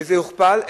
וזה יוכפל,